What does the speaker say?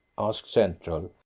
asked central.